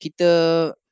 kita